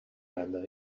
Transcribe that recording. banda